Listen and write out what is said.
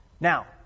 Now